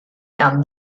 gan